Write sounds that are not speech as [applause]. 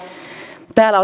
täällä [unintelligible]